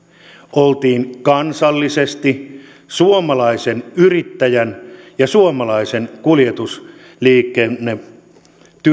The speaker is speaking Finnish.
oltiin kansallisesti suomalaisen yrittäjän ja suomalaisen kuljetusliikennetyössä